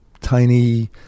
tiny